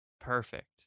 perfect